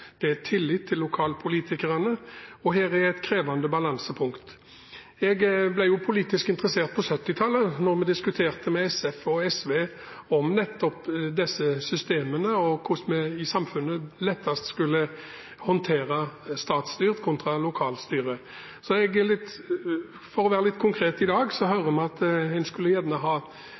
det er tillit til lokalpolitikerne. Dette er et krevende balansepunkt. Jeg ble politisk interessert på 1970-tallet, da vi diskuterte med SF og SV nettopp disse systemene og hvordan vi i samfunnet lettest skulle håndtere statsstyrt kontra lokalt styrt. For å være litt konkret i dag: Vi hører at en gjerne skulle ha